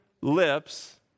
lips